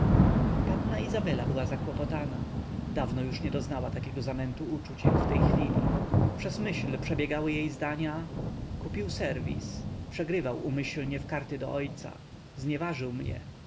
panna izabela była zakłopotana dawno już nie doznała takiego zamętu uczuć jak w tej chwili przez myśl przebiegały jej zdania kupił serwis przegrywał umyślnie w karty do ojca znieważył mnie